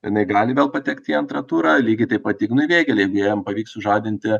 jinai gali vėl patekt į antrą turą lygiai taip pat ignui vėgėlei jeigu jam pavyks sužadinti